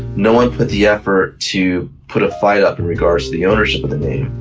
no one put the effort to put a fight up in regards to the ownership of the name